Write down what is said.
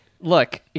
look